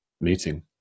meeting